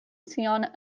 sian